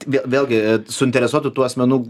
bet vėlgi suinteresuotų tų asmenų